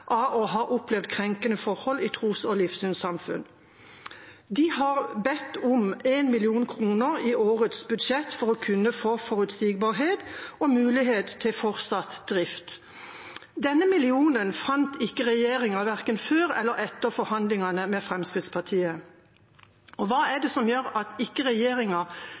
ha opplevd krenkende forhold i tros- og livssynssamfunn. De har bedt om 1 mill. kr i årets budsjett for å kunne få forutsigbarhet og mulighet til fortsatt drift. Denne millionen fant ikke regjeringa, verken før eller etter forhandlingene med Fremskrittspartiet. Hva er det som gjør at ikke regjeringa